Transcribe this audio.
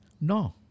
No